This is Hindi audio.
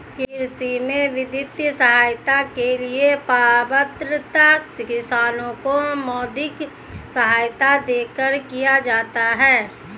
कृषि में वित्तीय सहायता के लिए पात्रता किसानों को मौद्रिक सहायता देकर किया जाता है